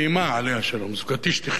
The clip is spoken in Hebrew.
זוגתי שתחיה נזכרה באמה,